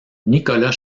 nicolas